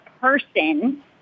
person